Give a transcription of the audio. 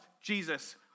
Jesus